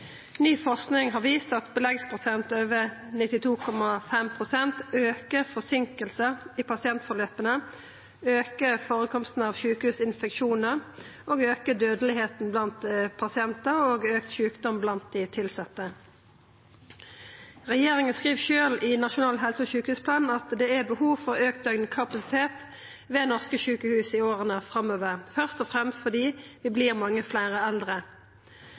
Ny forsking har vist at ein beleggsprosent på over 92,5 aukar forseinkingane i pasientforløpa, førekomsten av sjukehusinfeksjonar og dødelegheita blant pasientar og fører til meir sjukdom blant dei tilsette. Regjeringa skriv sjølv i Nasjonal helse- og sykehusplan at det er behov for ein auke i døgnkapasiteten ved norske sjukehus i åra framover, først og fremst fordi det vert mange fleire eldre.